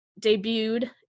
debuted